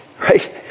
Right